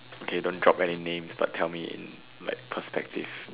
okay don't drop any names but tell me in like perspectives